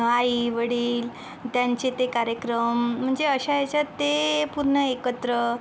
आई वडील त्यांचे ते कार्यक्रम म्हणजे अशा ह्याच्यात ते पूर्ण एकत्र